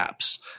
apps